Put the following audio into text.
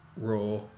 Raw